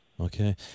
Okay